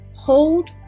hold